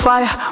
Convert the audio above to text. Fire